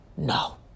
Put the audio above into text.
No